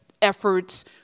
efforts